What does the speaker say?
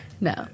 No